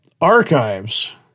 Archives